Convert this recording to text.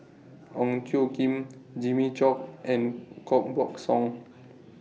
Ong Tjoe Kim Jimmy Chok and Koh Buck Song